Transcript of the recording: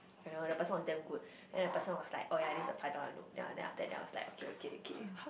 I know the person was damn good then the person was like oh ya this is a five dollar note then I then after that I was like okay okay okay